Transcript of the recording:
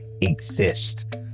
exist